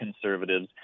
conservatives